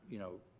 you know,